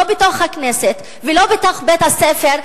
לא בתוך הכנסת ולא בתוך בית-הספר,